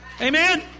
Amen